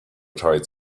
tight